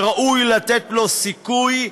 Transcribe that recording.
שראוי לתת לו סיכוי,